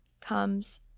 comes